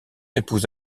épouse